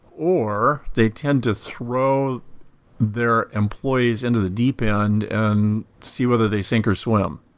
or they tend to throw their employees into the deep end and see whether they sink or swim.